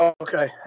Okay